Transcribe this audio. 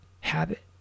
habit